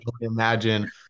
Imagine